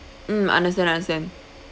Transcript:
mm understand understand